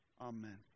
Amen